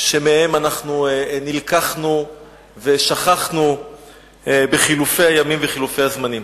שמהם נלקחנו ושכחנו בחילופי הימים ובחילופי הזמנים.